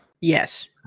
Yes